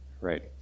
right